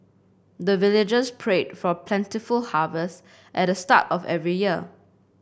the villagers pray for plentiful harvest at the start of every year